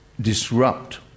disrupt